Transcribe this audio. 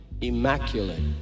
immaculate